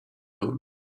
load